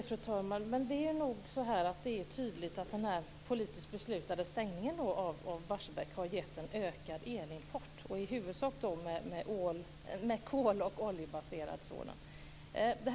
Fru talman! Just det, men det är tydligt att den politiskt beslutade stängningen av Barsebäck har lett till en ökad elimport, i huvudsak av kol och oljebaserad sådan.